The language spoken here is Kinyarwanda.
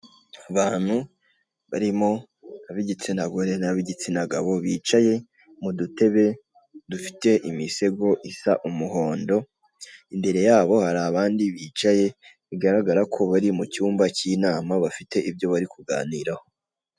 Abantu barimo abigitsina gore nabigitsina gabo bicaye mudutebe dufite imisego isa umuhondo, imbere yabo hari abandi bicaye bigaragara ko bari mucyumba cyinama bafite ibyo bari kuganiraho.